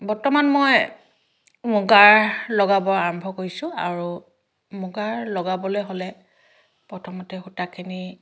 বৰ্তমান মই মুগাৰ লগাব আৰম্ভ কৰিছোঁ আৰু মুগাৰ লগাবলৈ হ'লে প্ৰথমতে সূতাখিনি